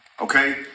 Okay